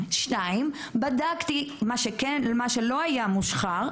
והנושא הזה מאוד מקודם.